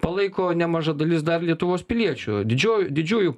palaiko nemaža dalis dar lietuvos piliečių didžio didžiųjų